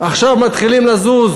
עכשיו מתחילים לזוז,